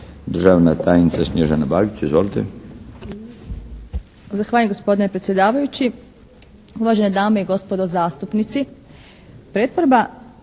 Državna tajnica Snježana Bagić. Izvolite.